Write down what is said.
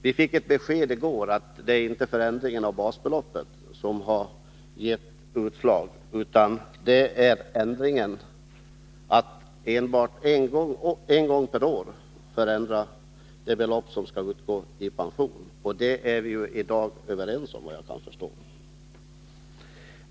Vi fick i går ett besked att det inte är förändringen av basbeloppet som har gett utslag. Det är i stället ändringen att man enbart en gång per år skall justera det belopp som skall utgå i pension. Och den ordningen är vi, såvitt jag kan förstå, i dag överens om.